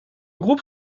groupe